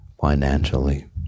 financially